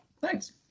Thanks